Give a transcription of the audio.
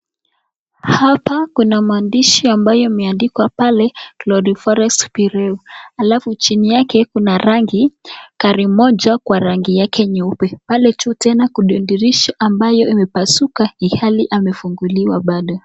Hapa kuna maandishi ambayo imeandikwa pale glory forest . Alafu chini yake kuna rangi, gari moja kwa rangi. Pale tu tena kuna dirisha ambayo imevunjika, ilhali amefunguliwa bado.